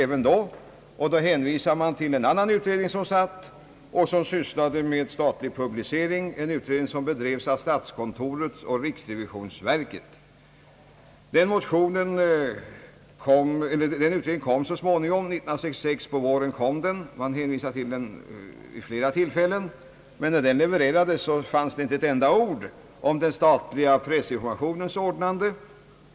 Man hänvisade då till en annan utredning som sysslade med statlig publicering, en utredning som bedrevs av statskontoret och riksrevisionsverket. Den utredningen blev klar våren 1966. Det har hänvisats till den vid flera tillfällen, men när den levererades stod där inte ett enda ord om den statliga pressinformationens ordnande.